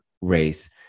race